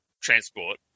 Transport